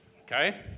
Okay